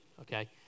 Okay